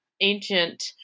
ancient